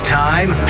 time